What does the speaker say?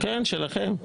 כן, שלכם.